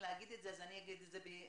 להגיד את זה אז אני אגיד את זה מגרונם,